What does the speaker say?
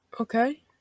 Okay